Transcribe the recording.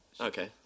Okay